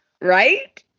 Right